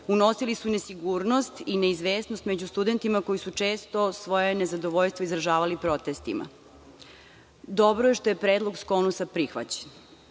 unosili su nesigurnost i neizvesnost među studentima koji su često svoje nezadovoljstvo izražavali protestima. Dobro je što je predlog SKONUS-a prihvaćen.